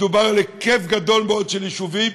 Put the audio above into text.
מדובר על היקף גדול מאוד של יישובים,